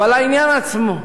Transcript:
לעניין עצמו,